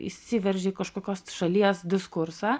įsiveržia į kažkokios šalies diskursą